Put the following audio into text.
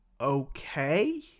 okay